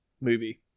movie